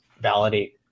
validate